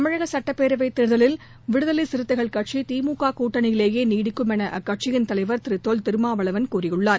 தமிழக சட்டப்பேரவைத் தேர்தலில் விடுதலை சிறுத்தைகள் கட்சி திமுக கூட்டணியிலேயே நீடிக்கும் என அக்கட்சியின் தலைவர் திரு தொல் திருமாவளவன் கூறியுள்ளார்